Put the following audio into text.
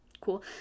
cool